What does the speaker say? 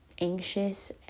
anxious